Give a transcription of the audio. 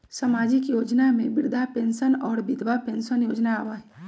सामाजिक योजना में वृद्धा पेंसन और विधवा पेंसन योजना आबह ई?